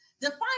define